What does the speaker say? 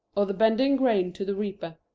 or the bending grain to the reaper.